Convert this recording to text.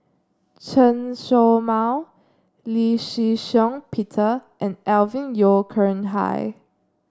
Chen Show Mao Lee Shih Shiong Peter and Alvin Yeo Khirn Hai